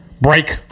break